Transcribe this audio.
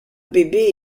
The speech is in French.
bébé